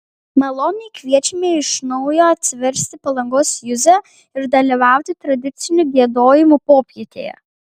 maloniai kviečiame iš naujo atsiversti palangos juzę ir dalyvauti tradicinių giedojimų popietėje